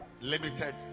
limited